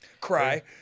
cry